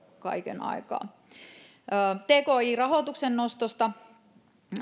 kaiken aikaa tki rahoituksen nostosta